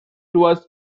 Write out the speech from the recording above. was